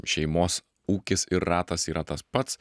šeimos ūkis ir ratas yra tas pats